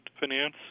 finance